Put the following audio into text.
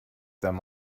them